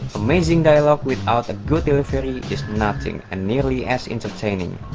amazing dialogue without a good delivery is nothing and nearly as entertaining.